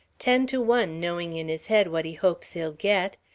ten to one knowing in his head what he hopes he'll get.